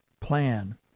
plan